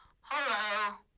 Hello